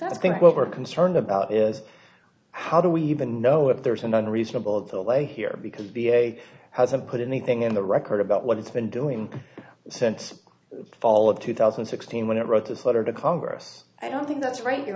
i think what we're concerned about is how do we even know if there is an unreasonable delay here because b a hasn't put anything in the record about what it's been doing since the fall of two thousand and sixteen when it wrote this letter to congress i don't think that's right you're